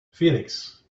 felix